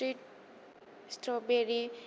Trita strawberry